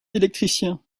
électricien